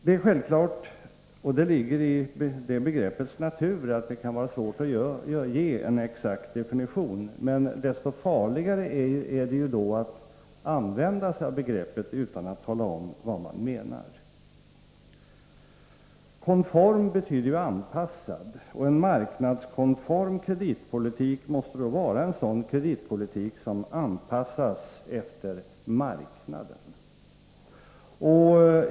Det är självklart — och det ligger i detta begrepps natur — att det kan vara svårt att ge en exakt definition, men desto farligare är det att använda sig av begreppet utan att tala om vad man menar. ”Konform” betyder anpassad, och en marknadskonform kreditpolitik måste då vara en sådan kreditpolitik som anpassas efter marknaden.